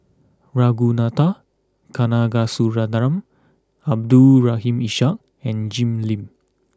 Ragunathar Kanagasuntheram Abdul Rahim Ishak and Jim Lim